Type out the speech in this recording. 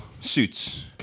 suits